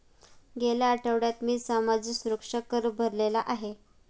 गेल्या आठवड्यात मी सामाजिक सुरक्षा कर भरलेला आहे